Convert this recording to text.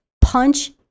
punch